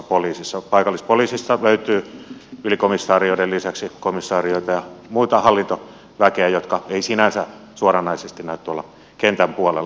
paikallispoliisista löytyy ylikomisarioiden lisäksi komisarioita ja muuta hallintoväkeä jotka eivät sinänsä suoranaisesti näy tuolla kentän puolella